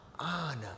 Honor